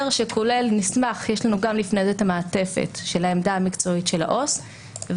יש לנו גם לפני כן את המעטפת של העמדה המקצועית של העובד הסוציאלי